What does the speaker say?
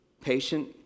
Patient